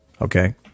okay